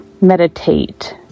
meditate